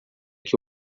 que